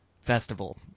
Festival